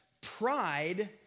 pride